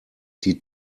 die